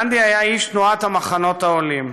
גנדי היה איש תנועת המחנות העולים